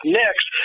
next